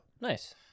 Nice